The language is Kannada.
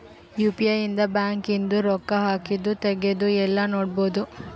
ಯು.ಪಿ.ಐ ಇಂದ ಬ್ಯಾಂಕ್ ಇಂದು ರೊಕ್ಕ ಹಾಕಿದ್ದು ತೆಗ್ದಿದ್ದು ಯೆಲ್ಲ ನೋಡ್ಬೊಡು